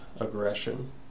aggression